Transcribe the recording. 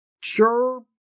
Sure